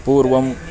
पूर्वम्